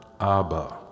Abba